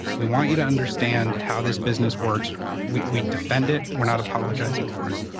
we want you to understand how this business works. we we defend it. we're not apologizing for it.